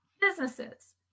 Businesses